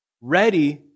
ready